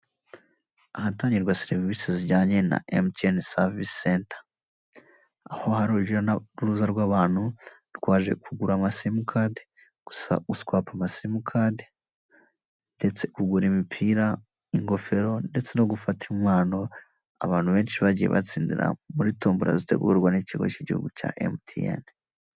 Ahatangirwa serivisi zijyanye na emutiyene savisi senta aho hari urugi n'uruza rw'abantu rwaje kugura amasimukadi guswapa, amasimukadi ndetse kugura imipira, ingofero ndetse no gufata impano abantu benshi bagiye batsindira muri tombora zitegurwa n'ikigo k'igihugu cya emutiyene .